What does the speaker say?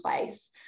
place